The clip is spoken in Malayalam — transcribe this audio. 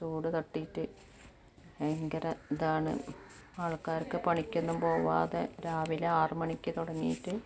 ചൂട് തട്ടിയിട്ട് ഭയങ്കര ഇതാണ് ആൾക്കാർക്ക് പണിക്കൊന്നും പോവാതെ രാവിലെ ആറുമണിക്ക് തുടങ്ങിയിട്ട്